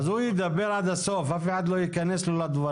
אז הוא ידבר עד הסוף, אף אחד לא ייכנס לו לדברים.